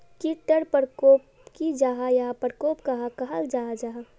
कीट टर परकोप की जाहा या परकोप कहाक कहाल जाहा जाहा?